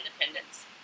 Independence